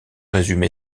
résume